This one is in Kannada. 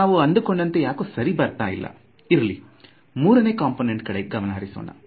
ನಾವು ಅಂದುಕೊಂಡಂತೆ ಯಾಕೂ ಸರಿ ಬರ್ತಾ ಇಲ್ಲ ಇರಲಿ ಮೂರನೇ ಕಂಪೋನೆಂಟ್ ಕಡೆಗೆ ಗಮನ ಹರಿಸೋಣ